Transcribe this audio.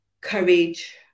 courage